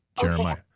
Jeremiah